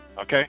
Okay